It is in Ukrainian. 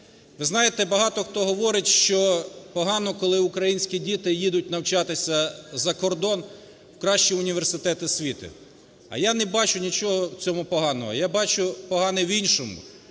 Ви знаєте, багато хто говорить, що погано, коли українські діти їдуть навчатися за кордон в кращі університети світу. А я не бачу нічого в цьому поганого. Я бачу погане в іншому.